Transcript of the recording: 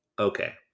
Okay